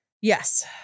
Yes